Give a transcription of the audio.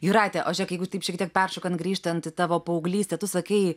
jūrate o žiūrėk jeigu taip šiek tiek peršokant grįžtant į tavo paauglystę tu sakei